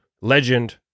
legend